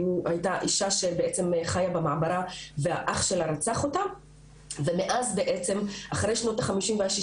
היתה אישה שחיה במעברה ואח שלה רצח אותה ומאז אחרי שנות ה-50 וה-60